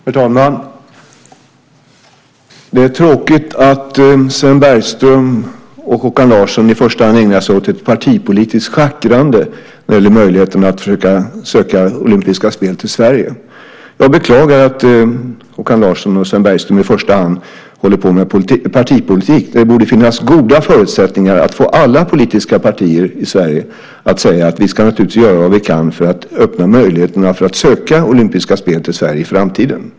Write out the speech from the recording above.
Herr talman! Det är tråkigt att Sven Bergström och Håkan Larsson i första hand ägnar sig åt ett partipolitiskt schackrande när det gäller möjligheten att söka olympiska spel till Sverige. Jag beklagar att Håkan Larsson och Sven Bergström i första hand håller på med partipolitik. Det borde finnas goda förutsättningar att få alla politiska partier i Sverige att säga att vi naturligtvis ska göra vad vi kan för att öppna möjligheterna för att söka olympiska spel till Sverige i framtiden.